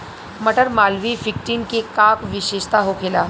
मटर मालवीय फिफ्टीन के का विशेषता होखेला?